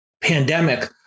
pandemic